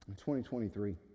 2023